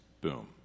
Boom